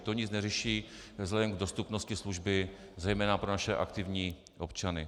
To nic neřeší vzhledem k dostupnosti služby zejména pro naše aktivní občany.